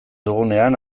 dugunean